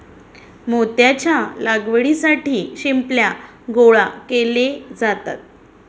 मोत्याच्या लागवडीसाठी शिंपल्या गोळा केले जातात